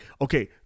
okay